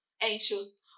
anxious